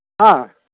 ꯍꯥ